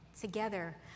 together